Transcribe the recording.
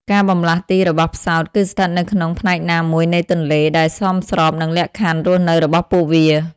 ការបម្លាស់ទីរបស់ផ្សោតគឺស្ថិតនៅក្នុងផ្នែកណាមួយនៃទន្លេ ដែលសមស្របនឹងលក្ខខណ្ឌរស់នៅរបស់ពួកវា។